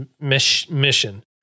mission